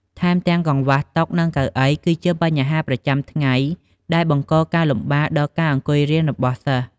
ថែមទាំងកង្វះតុ និងកៅអី គឺជាបញ្ហាប្រចាំថ្ងៃ ដែលបង្កការលំបាកដល់ការអង្គុយរៀនរបស់សិស្ស។